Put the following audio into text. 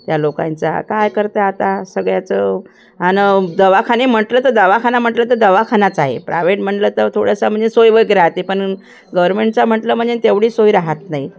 त्या लोकांचा काय करता आता सगळ्याचं आणि दवाखाने म्हंटलं तर दवाखाना म्हटलं तर दवाखानाच आहे प्रायव्हेट म्हणलं तर थोडंसं म्हणजे सोय वगैरे राहते पण गवर्मेंटचा म्हटलं म्हणजे तेवढी सोय रहात नाही